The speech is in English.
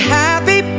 happy